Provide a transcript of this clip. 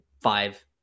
five